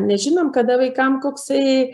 nežinom kada vaikam koksai